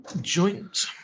joint